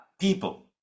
people